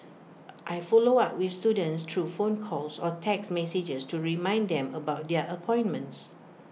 I follow up with students through phone calls or text messages to remind them about their appointments